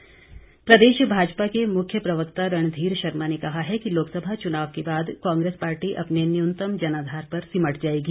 रणधीर शर्मा प्रदेश भाजपा के मुख्य प्रवक्ता रणधीर शर्मा ने कहा है कि लोकसभा चुनाव के बाद कांग्रेस पार्टी अपने न्यूनतम जनाधार पर सिमट जाएगी